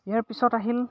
ইয়াৰ পিছত আহিল